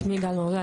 שמי גל מרזן,